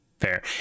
fair